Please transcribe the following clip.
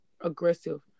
aggressive